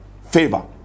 favor